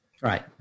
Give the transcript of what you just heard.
Right